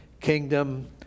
kingdom